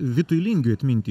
vitui lingiui atminti